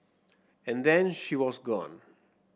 and then she was gone